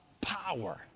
power